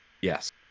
Yes